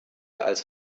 als